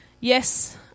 Yes